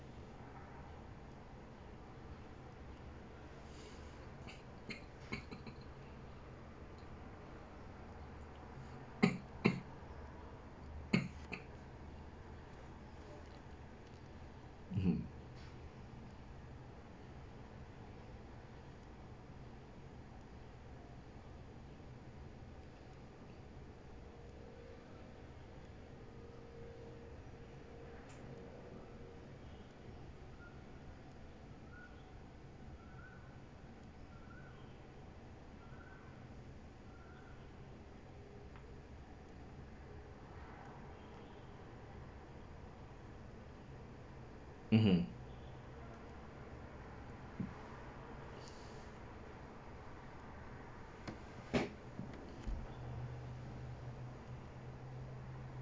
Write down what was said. mmhmm mmhmm